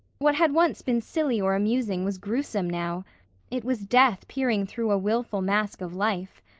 what had once been silly or amusing was gruesome, now it was death peering through a wilful mask of life.